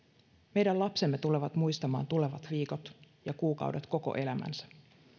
meidän lapsemme tulevat muistamaan tulevat viikot ja kuukaudet koko elämänsä